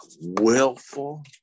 willful